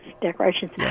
decorations